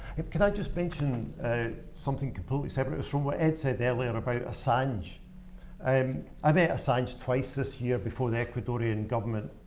can i just mention something completely separate? it's from what ed said there early on about assange. i um i met assange twice this year before the ecuadorian government